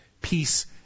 Peace